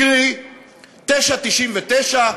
קרי: 9.99,